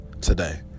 today